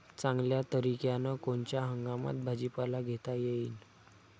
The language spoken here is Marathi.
चांगल्या तरीक्यानं कोनच्या हंगामात भाजीपाला घेता येईन?